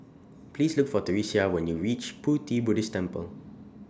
Please Look For Theresia when YOU REACH Pu Ti Buddhist Temple